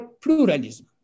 pluralism